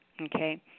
Okay